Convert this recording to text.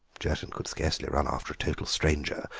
jerton could scarcely run after a total stranger,